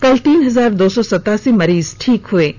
कल तीन हजार दो सौ सतासी मरीज ठीक हुए है